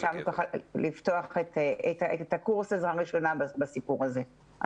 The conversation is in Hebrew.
חשבנו לפתוח את קורס עזרה ראשונה בסיפור הזה,